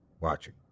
watching